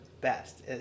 best